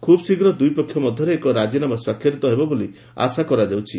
ଖୁବ୍ଶୀଘ୍ର ଦୁଇପକ୍ଷ ମଧ୍ୟରେ ଏକ ରାଜିନାମା ସ୍ୱାକ୍ଷରିତ ହେବ ବୋଲି ଆଶା କରାଯାଉଛି